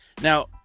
Now